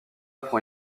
prend